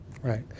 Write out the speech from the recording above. Right